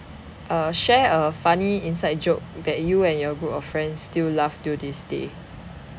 uh share a funny inside joke that you and your group of friends still laugh till this day